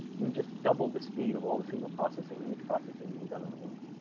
you've just doubled the speed of all the signal processing and image processing being done in the world.